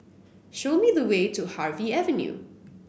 show me the way to Harvey Avenue